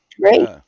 great